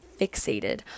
fixated